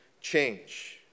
change